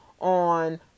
on